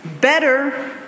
better